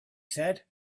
said